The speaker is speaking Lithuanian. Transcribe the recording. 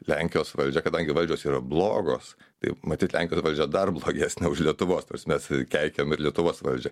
lenkijos valdžia kadangi valdžios yra blogos tai matyt lenkijos valdžia dar blogesnė už lietuvos nors mes keikiam ir lietuvos valdžią